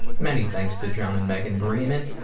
many thanks to john and megan brehman.